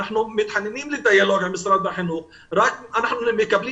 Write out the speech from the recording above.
אנחנו מתחננים לדיאלוג עם משרד החינוך אנחנו מקבלים